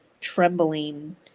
trembling